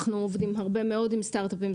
אנחנו עובדים הרבה מאוד עם סטארט-אפים.